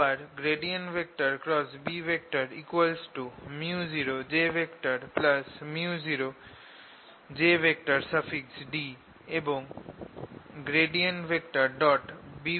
আবার B µojµ0jD এবং B 0 আছে